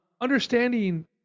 understanding